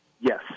Yes